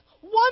One